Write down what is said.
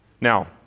Now